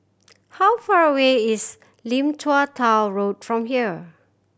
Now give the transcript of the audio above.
how far away is Lim Tua Tow Road from here